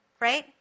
right